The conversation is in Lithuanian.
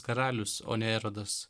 karalius o ne erodas